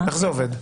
איך זה עובד?